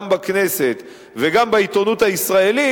גם בכנסת וגם בעיתונות הישראלית,